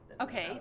Okay